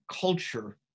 culture